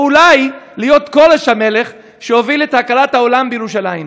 או אולי להיות כורש המלך שהוביל את הכרת העולם בירושלים.